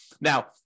Now